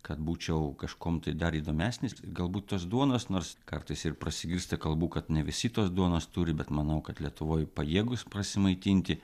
kad būčiau kažkuom tai dar įdomesnis galbūt tos duonos nors kartais ir prasigirsta kalbų kad ne visi tos duonos turi bet manau kad lietuvoj pajėgūs prasimaitinti